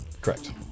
Correct